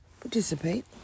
participate